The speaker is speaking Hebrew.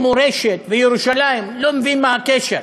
לירושלים ומורשת, לא מבין מה הקשר.